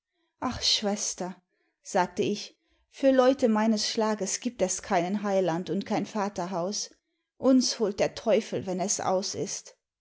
ach schwester sagte ich für leute meines schlages gibt es keinen heiland und kein vaterhaus uns holt der teufel wenn es aus ist